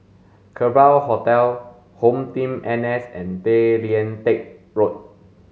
Lerbau Hotel HomeTeam N S and Tay Lian Teck Road